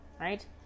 right